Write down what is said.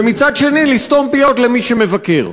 ומצד שני לסתום פיות למי שמבקר.